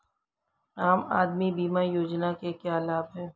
आम आदमी बीमा योजना के क्या लाभ हैं?